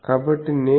కాబట్టి నేను wg＞∬w